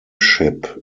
ship